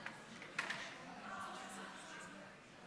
עד עשר דקות, אדוני,